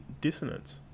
dissonance